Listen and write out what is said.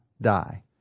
die